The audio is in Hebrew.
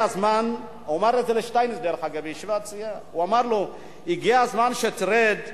לשטייניץ בישיבת סיעה: הגיע הזמן שתרד מהאולימפוס.